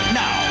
now